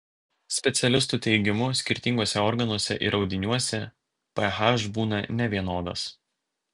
specialistų teigimu skirtinguose organuose ir audiniuose ph būna nevienodas